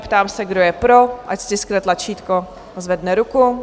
Ptám se, kdo je pro, ať stiskne tlačítko a zvedne ruku.